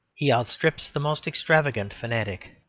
he outstrips the most extravagant fanatic.